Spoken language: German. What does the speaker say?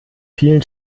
vielen